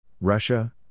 Russia